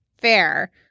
fair